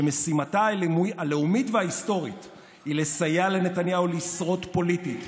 שמשימתה הלאומית וההיסטורית היא לסייע לנתניהו לשרוד פוליטית,